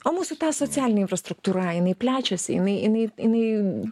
o mūsų socialinė infrastruktūra jinai plečiasi jinai jinai jinai